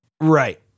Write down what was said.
right